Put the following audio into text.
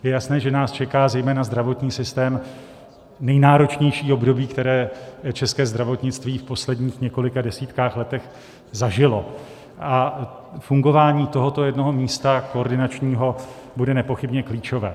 Je jasné, že nás čeká, zejména zdravotní systém, nejnáročnější období, které české zdravotnictví v posledních několika desítkách let zažilo, a fungování tohoto jednoho koordinačního místa bude nepochybně klíčové.